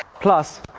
plus